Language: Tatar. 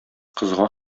кызга